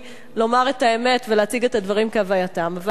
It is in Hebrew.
לומר את האמת ולהציג את הדברים כהווייתם.